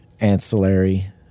ancillary